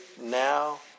now